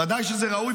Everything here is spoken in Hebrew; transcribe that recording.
ודאי שזה ראוי,